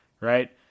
right